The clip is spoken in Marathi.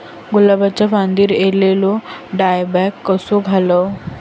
गुलाबाच्या फांदिर एलेलो डायबॅक कसो घालवं?